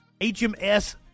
HMS